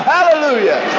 Hallelujah